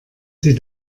sie